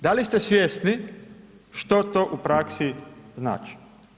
Da li ste svjesni što to u praksi znači?